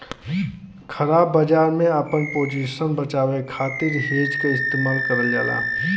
ख़राब बाजार में आपन पोजीशन बचावे खातिर हेज क इस्तेमाल करल जाला